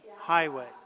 highway